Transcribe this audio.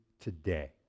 today